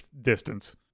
distance